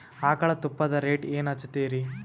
ಆಕಳ ತುಪ್ಪದ ರೇಟ್ ಏನ ಹಚ್ಚತೀರಿ?